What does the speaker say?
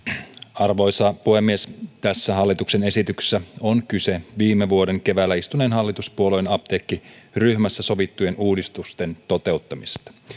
arvoisa puhemies tässä hallituksen esityksessä on kyse viime vuoden keväällä istuneessa hallituspuolueiden apteekkiryhmässä sovittujen uudistusten toteuttamisesta